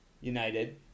United